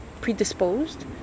predisposed